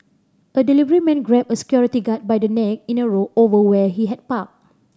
a delivery man grabbed a security guard by the neck in a row over where he had parked